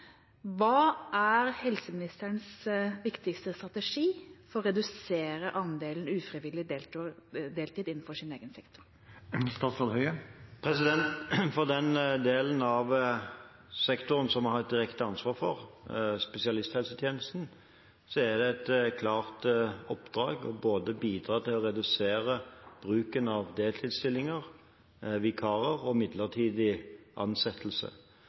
Hva er helseministerens viktigste strategi for å redusere andelen ufrivillig deltid innenfor egen sektor? For den delen av sektoren som jeg har et direkte ansvar for, spesialisthelsetjenesten, er det et klart oppdrag å bidra til å redusere bruken av både deltidsstillinger, vikarer og